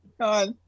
god